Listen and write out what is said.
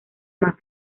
más